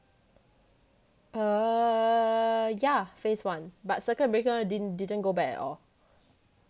err ya phase one but circuit breaker didn~ didn't go back at all